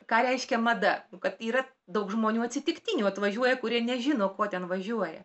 ką reiškia mada kad yra daug žmonių atsitiktinių atvažiuoja kurie nežino ko ten važiuoja